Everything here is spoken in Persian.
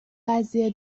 قضیه